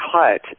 cut